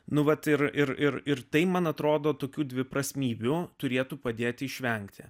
nuolat ir ir ir ir tai man atrodo tokių dviprasmybių turėtų padėti išvengti